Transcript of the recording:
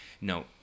no